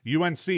UNC